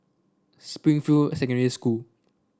Springfield Secondary School